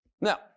Now